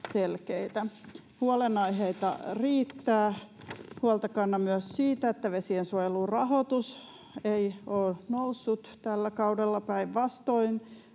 Huolenaiheita riittää. Huolta kannan myös siitä, että vesiensuojelun rahoitus ei ole noussut tällä kaudella. Päinvastoin